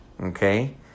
okay